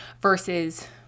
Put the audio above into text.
versus